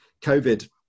COVID